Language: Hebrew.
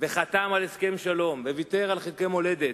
בקמפ-דייוויד וחתם על הסכם שלום וויתר על חלקי מולדת,